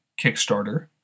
Kickstarter